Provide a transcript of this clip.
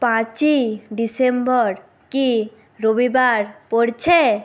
পাঁচই ডিসেম্বর কি রবিবার পড়ছে